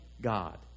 god